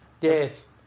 Yes